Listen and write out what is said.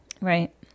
Right